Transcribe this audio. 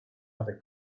other